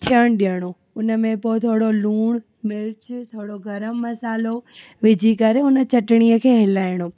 थियण ॾियणो हुन में पो थोरो लूण मिर्च थोरो गरम मसालो विझी करे उन चटणीअ खे हिलाइणो